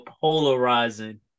polarizing